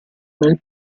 nel